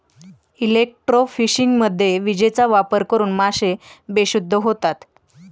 इलेक्ट्रोफिशिंगमध्ये विजेचा वापर करून मासे बेशुद्ध होतात